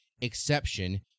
exception